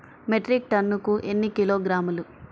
Metric టన్నుకు ఎన్ని కిలోగ్రాములు?